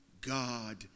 God